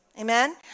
Amen